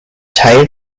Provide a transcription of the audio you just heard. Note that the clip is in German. teil